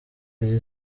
iki